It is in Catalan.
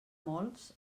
molts